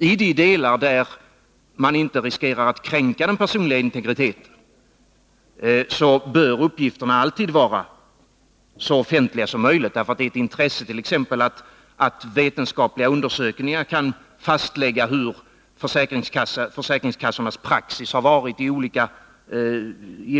I den mån man inte riskerar att kränka den personliga integriteten bör uppgifterna nämligen alltid vara så offentliga som möjligt, därför att det är av intresse att t.ex. vetenskapliga undersökningar kan fastlägga hur försäkringskassornas praxis varit i